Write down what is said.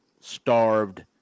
starved